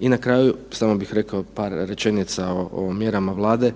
I na kraju samo bih rekao par rečenica o mjerama Vlade.